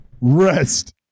Rest